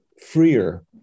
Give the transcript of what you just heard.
freer